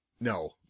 No